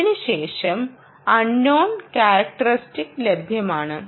അതിനുശേഷം unknown characteristics ലഭ്യമാണ്